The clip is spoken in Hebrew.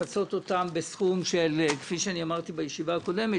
בישיבה הקודמת